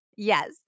Yes